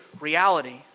reality